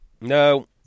No